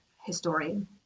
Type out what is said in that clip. historian